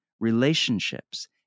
relationships